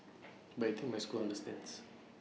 but I think my school understands